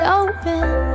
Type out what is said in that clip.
open